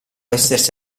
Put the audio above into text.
essersi